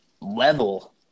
level